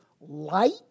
light